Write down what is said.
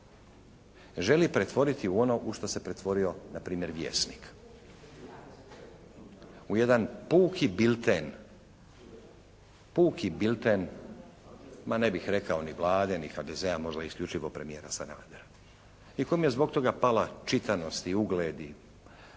želi pretvoriti u ono u što se pretvorio na primjer Vjesnik. U jedan puki bilten, puki bilten ma ne bih rekao ni Vlade ni HDZ-a možda isključivo premijera Sanadera. I kom je zbog toga pala čitanost i ugled